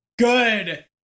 Good